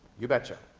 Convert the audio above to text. you betcha.